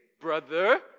brother